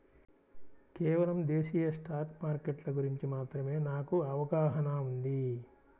కేవలం దేశీయ స్టాక్ మార్కెట్ల గురించి మాత్రమే నాకు అవగాహనా ఉంది